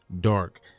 dark